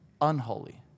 unholy